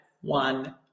one